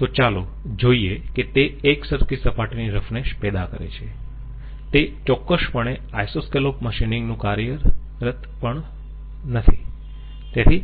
તો ચાલો જોઈયે કે તે એકસરખી સપાટીની રફનેસ પેદા કરે છે તે ચોક્કસપણે આઈસોસ્કેલોપ મશીનિંગ નું કાર્યરત પણુ નથી તેથી